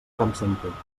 campsentelles